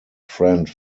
friend